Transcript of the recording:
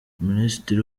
minisitiri